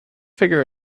figure